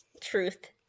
truth